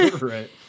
right